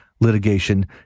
litigation